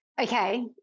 Okay